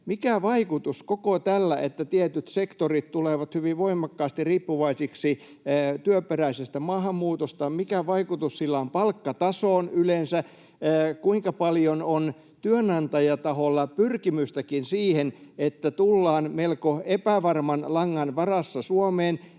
mikä vaikutus tällä, että tietyt sektorit tulevat hyvin voimakkaasti riippuvaisiksi työperäisestä maahanmuutosta, on palkkatasoon yleensä, kuinka paljon on työnantajataholla pyrkimystäkin siihen, että tullaan melko epävarman langan varassa Suomeen,